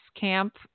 camp